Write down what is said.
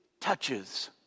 touches